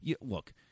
look